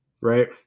right